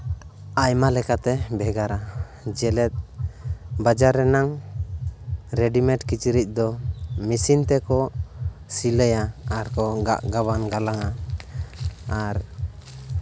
ᱟᱭᱢᱟ ᱞᱮᱠᱟᱛᱮ ᱵᱷᱮᱜᱟᱨᱟ ᱡᱮᱞᱮᱫ ᱵᱟᱡᱟᱨ ᱨᱮᱱᱟᱜ ᱨᱮᱰᱤᱢᱮᱰ ᱠᱤᱪᱨᱤᱡ ᱫᱚ ᱢᱮᱥᱤᱱ ᱛᱮᱠᱚ ᱥᱤᱞᱟᱹᱭᱟ ᱟᱨᱠᱚ ᱜᱟᱜ ᱜᱟᱵᱟᱱ ᱜᱟᱞᱟᱝᱼᱟ ᱟᱨ